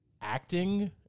acting